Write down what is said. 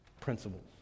principles